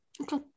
Okay